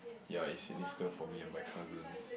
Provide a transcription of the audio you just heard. ya it's significant for me and my cousins